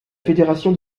fédération